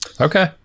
Okay